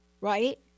right